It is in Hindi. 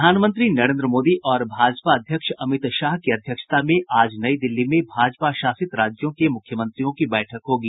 प्रधानमंत्री नरेन्द्र मोदी और भाजपा अध्यक्ष अमित शाह की अध्यक्षता में आज नई दिल्ली में भाजपा शासित राज्यों के मुख्यमंत्रियों की बैठक होगी